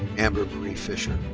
amber marie fisher.